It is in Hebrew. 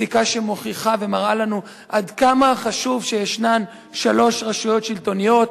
פסיקה שמוכיחה ומראה לנו עד כמה חשוב שישנן שלוש רשויות שלטוניות,